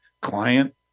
client